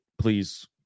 please